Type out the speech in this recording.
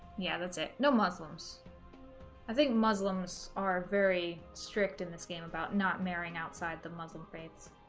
yeah that's it no muslims i think muslims are very strict in this game about not marrying outside the muslim faiths